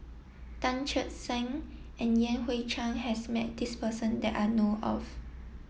Tan Che Sang and Yan Hui Chang has met this person that I know of